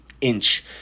inch